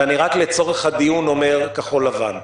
ורק לצורך הדיון אני אומר כחול לבן,